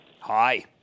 Hi